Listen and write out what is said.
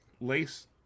Lace